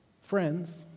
friends